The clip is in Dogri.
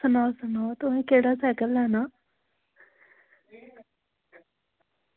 सनाओ सनाओ तुसें केह्ड़ा सैकल लैना